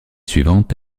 suivante